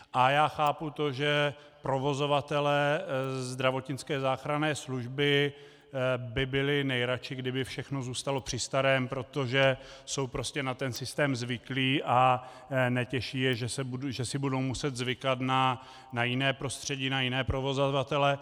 A chápu to, že provozovatelé zdravotnické záchranné služby by byli nejradši, kdyby všechno zůstalo při starém, protože jsou prostě na ten systém zvyklí a netěší je, že si budou muset zvykat na jiné prostředí, na jiné provozovatele.